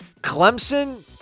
Clemson